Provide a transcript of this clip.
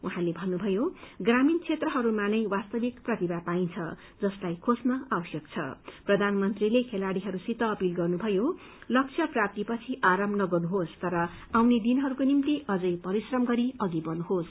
उहाँल भन्नुभयो प्रामीण क्षेत्रहरूमा नै वास्तविक प्रतिभा पाइन्छ जसलाई खोज्न आवश्यक छ प्रधानमन्त्रीले खेलाङ्गीहरूसित अपील गर्नुभयो लक्ष्य प्राप्तीको पछि आराम नगर्नुहोस तर आउने दिनहस्क्वे निभ्ति अम्नै परिश्रम गरी अघि बढ़नुहोस